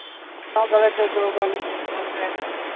ᱥᱟᱵ ᱵᱟᱲᱟ ᱦᱚᱪᱚ ᱠᱚᱣᱟᱞᱤᱧ ᱢᱟᱱᱮ